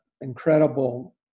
incredible